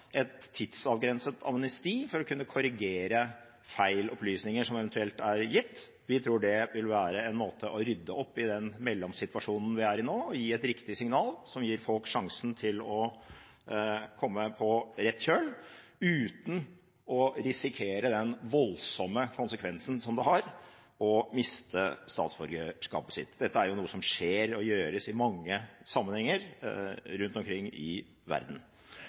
et tidsavgrenset amnesti for å kunne korrigere eventuelle feil opplysninger som eventuelt er gitt. Vi tror det vil være en måte å rydde opp i den mellomsituasjonen vi er i nå, på, og å gi et riktig signal som gir folk sjansen til å komme på rett kjøl uten å risikere den voldsomme konsekvensen det har å miste statsborgerskapet. Dette er noe som skjer og gjøres i mange sammenhenger rundt omkring i verden.